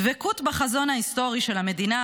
דבקות בחזון ההיסטורי של המדינה,